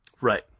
Right